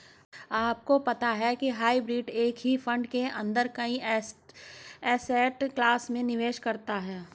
आपको पता है हाइब्रिड एक ही फंड के अंदर कई एसेट क्लास में निवेश करता है?